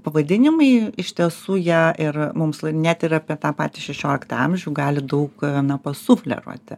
pavadinimai iš tiesų jie ir mums net ir apie tą patį šešioliktą amžių gali daug na pasufleruoti